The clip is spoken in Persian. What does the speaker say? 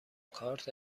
کارت